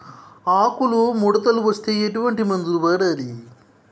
ఆకులు ముడతలు వస్తే ఎటువంటి మందులు వాడాలి?